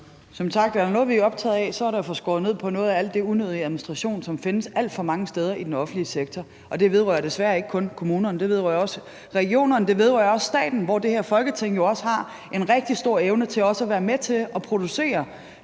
Som sagt: Er der noget, vi er optagede af, så er det at få skåret ned på noget af alt det unødige administration, som findes alt for mange steder i den offentlige sektor. Det vedrører desværre ikke kun kommunerne; det vedrører også regionerne, og det vedrører også staten, hvor det her Folketing jo også har en rigtig stor evne til også at være med til at producere